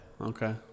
Okay